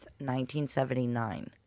1979